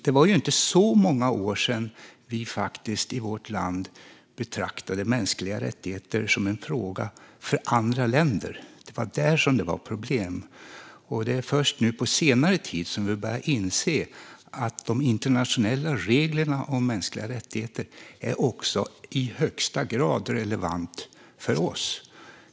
Det var inte för så många år sedan vi i vårt land betraktade mänskliga rättigheter som en fråga för andra länder. Det var där det var problem. Det är först nu på senare tid vi börjar inse att de internationella reglerna för mänskliga rättigheter i högsta grad är relevanta också för oss.